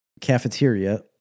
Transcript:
cafeteria